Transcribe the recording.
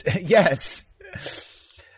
Yes